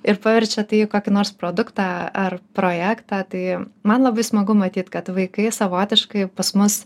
ir paverčia tai į kokį nors produktą ar projektą tai man labai smagu matyt kad vaikai savotiškai pas mus